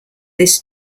this